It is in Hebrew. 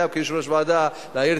יושב-ראש ועדה לא יכול?